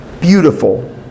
beautiful